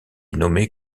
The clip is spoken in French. nommé